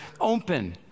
open